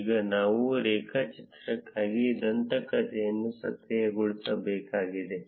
ಈಗ ನಾವು ರೇಖಾ ಚಿತ್ರಕ್ಕಾಗಿ ದಂತಕಥೆಯನ್ನು ಸಕ್ರಿಯಗೊಳಿಸಬೇಕಾಗಿದೆ